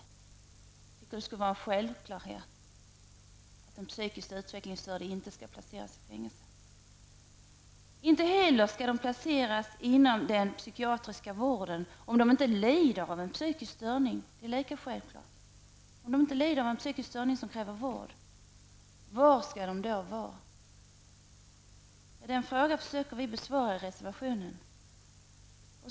Jag tycker att det skulle vara en självklarhet att en psykiskt utvecklingsstörd inte skall placeras i fängelse. De skall inte heller placeras inom den psykiatriska vården om de inte lider av en psykisk störning. Det är lika självklart. Om de inte lider av en psykisk störning som kräver vård, var skall de då placeras? Den frågan försöker vi besvara i reservationen.